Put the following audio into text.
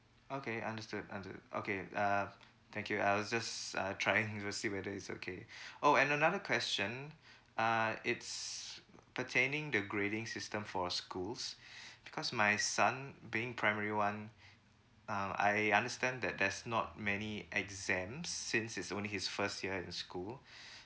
okay understood under~ okay uh thank you I'll just uh trying to see whether it's okay oh and another question uh it's pertaining the grading system for schools because my son being primary one uh I understand that there's not many exam since it's only his first year in school